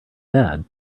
bad